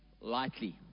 lightly